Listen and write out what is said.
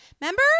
Remember